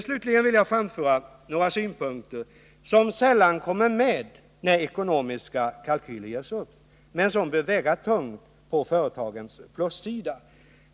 Slutligen vill jag framföra några synpunkter som sällan kommer med när ekonomiska kalkyler görs upp men som bör väga tungt på företagens plussida.